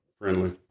friendly